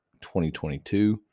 2022